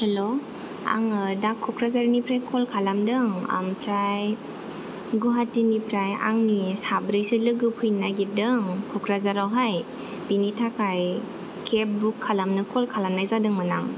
hello आङो दा कक्राझारनिफ्राय कल खालामदों ओमफ्राय गुहाटीनिफ्राय आंनि साब्रैसो लोगो फैनो नागिरदों कक्राझारवहाय बिनि थाखाय केब बुक खालामनो कल खालामनाय जादोंमोन आं